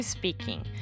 Speaking